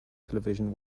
television